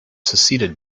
succeeded